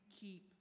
keep